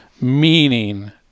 meaning